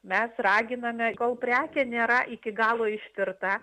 mes raginame kol prekė nėra iki galo ištirta